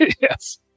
Yes